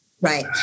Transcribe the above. Right